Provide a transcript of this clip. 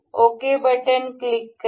okay click करा